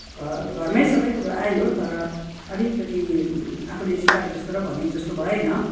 घ घरमै सबैकुरो आयो तर अलिकति आफुले चिताएको जस्तो र भनेको जस्तो भएन